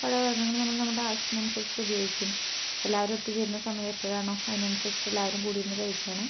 പഴവർഗ്ഗങ്ങൾ നമ്മള് നമ്മുടെ ആവശ്യത്തിനനുസരിച്ചിട്ട് ഉപയോഗിക്കുകയും എല്ലാവരും ഒത്തുചേരുന്ന സമയം എപ്പഴാണോ അതിനനുസരിച്ചിട്ടെല്ലാവരും കൂടിയിരുന്നിട്ട് കഴിക്കുകയാണ്